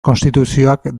konstituzioak